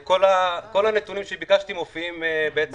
כל הנתונים שביקשתי מופיעים בכתבה.